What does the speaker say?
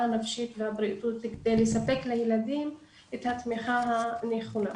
הנפשית והבריאותית כדי לספק לילדים את התמיכה הנכונה.